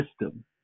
system